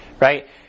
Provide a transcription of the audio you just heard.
right